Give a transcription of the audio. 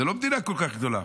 זו לא מדינה כל כך גדולה.